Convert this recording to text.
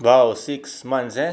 !wow! six months eh